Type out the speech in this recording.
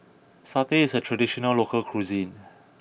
Satay is a traditional local cuisine